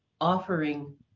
offering